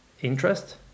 interest